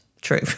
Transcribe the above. True